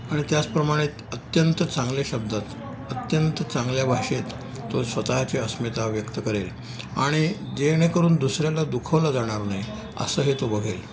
आणि त्याचप्रमाणे अत्यंत चांगले शब्दात अत्यंत चांगल्या भाषेत तो स्वतःची अस्मिता व्यक्त करेल आणि जेणेकरून दुसऱ्याना दुखवला जाणार नाही असंही तो बघेल